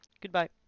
Goodbye